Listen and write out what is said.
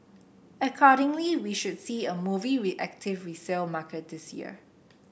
accordingly we should see a movie active resale market this year